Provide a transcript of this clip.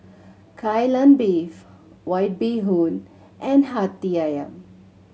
Kai Lan Beef White Bee Hoon and Hati Ayam